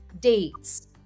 dates